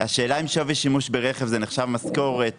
השאלה אם שווי שימוש ברכב זה נחשב משכורת